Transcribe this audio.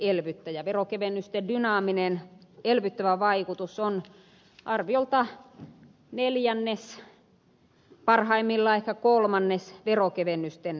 veronkevennysten dynaaminen elvyttävä vaikutus on arviolta neljännes parhaimmillaan ehkä kolmannes veronkevennysten määrästä